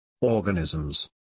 organisms